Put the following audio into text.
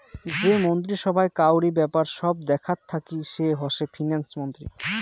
যে মন্ত্রী সভায় কাউরি ব্যাপার সব দেখাত থাকি সে হসে ফিন্যান্স মন্ত্রী